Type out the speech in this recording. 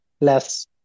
less